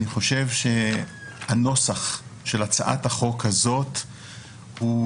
אני חושב שהנוסח של הצעת החוק הזאת לא